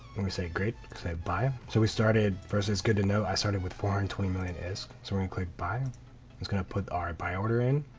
then we say great say buy, ah so we started first first it's good to know i started with four and twenty million isk, so we're gonna click buy. it's gonna put the our buy order in.